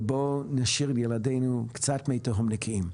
בואו נשאיר לילדינו קצת מי תהום נקיים.